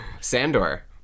sandor